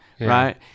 right